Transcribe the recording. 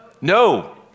No